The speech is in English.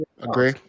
Agree